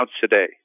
today